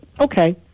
Okay